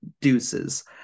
deuces